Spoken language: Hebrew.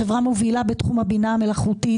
חברה מובילה בתחום הבינה המלאכותית.